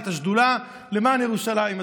את השדולה למען ירושלים.